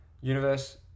universe